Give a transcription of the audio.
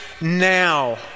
now